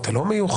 אתה לא מיוחד.